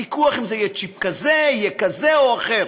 הוויכוח אם זה יהיה צ'יפ כזה, יהיה כזה או אחר.